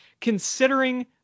Considering